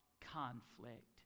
conflict